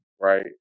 right